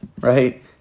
right